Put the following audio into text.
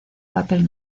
papel